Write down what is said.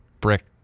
brick